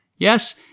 Yes